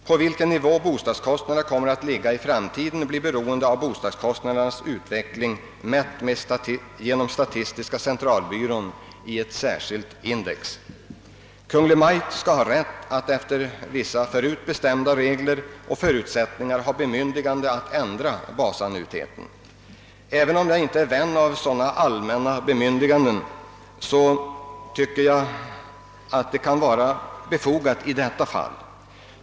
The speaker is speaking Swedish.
På vilken nivå bostadskostnaden kommer att ligga i framtiden blir beroende av byggnadskostnadernas utveckling, mätt genom statistiska centralbyrån i ett särskilt index. Kungl. Maj:t skall ha rätt att efter vissa förut bestämda regler och förutsättningar ändra basannuiteten. Även om jag inte är en vän av sådana allmänna bemyndiganden, tycker jag att det kan vara befogat i detta fall.